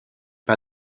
pas